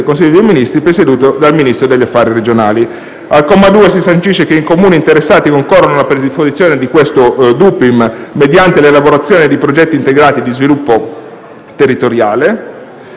Consiglio dei ministri, presieduto dal Ministro per gli affari regionali e le autonomie. Al comma 2 si sancisce che i Comuni interessati concorrono alla predisposizione del citato DUPIM mediante l'elaborazione di progetti integrati di sviluppo territoriale.